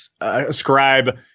ascribe